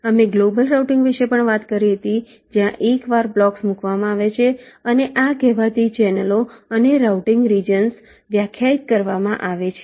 અમે global routing વિશે પણ વાત કરી હતી જ્યાં એકવાર બ્લોક્સ મૂકવામાં આવે છે અને આ કહેવાતી ચેનલો અને રાઉટીંગ રિજન્સ વ્યાખ્યાયિત કરવામાં આવે છે